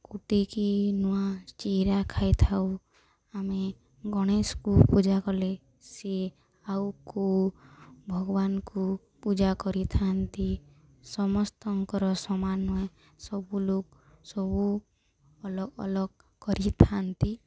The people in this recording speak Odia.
କୁଟିକି ନୂଆ ଚିରା ଖାଇଥାଉ ଆମେ ଗଣେଶକୁ ପୂଜା କଲେ ସିଏ ଆଉ କୁ ଭଗବାନଙ୍କୁ ପୂଜା କରିଥାନ୍ତି ସମସ୍ତଙ୍କର ସମାନ ନୁହେଁ ସବୁ ଲୋକ ସବୁ ଅଲଗା ଅଲଗା କରିଥାନ୍ତି